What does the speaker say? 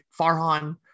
Farhan